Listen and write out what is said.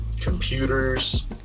computers